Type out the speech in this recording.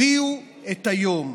הביאו את היום,